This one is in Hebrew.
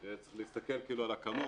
יש להסתכל על הכמות,